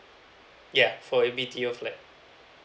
yeuh for a B_T_O flat